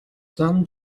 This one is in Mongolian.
зам